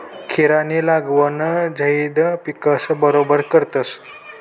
खीरानी लागवड झैद पिकस बरोबर करतस